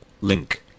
Link